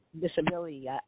disability